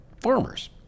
farmers